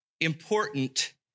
important